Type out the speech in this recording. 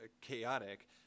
chaotic